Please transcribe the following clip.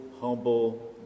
humble